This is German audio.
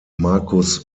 markus